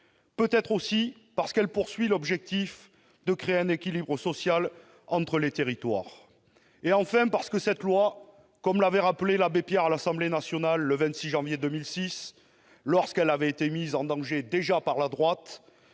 Peut-être aussi parce qu'elle poursuit l'objectif de créer un équilibre social entre les territoires. Enfin, parce que cette loi, comme l'avait rappelé l'abbé Pierre à l'Assemblée nationale le 26 janvier 2006 lorsqu'elle avait été mise en danger- déjà -par la droite,